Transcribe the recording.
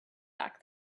back